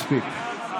מספיק.